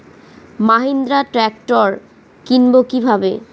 Mahindra tractor কিনবো কি ভাবে?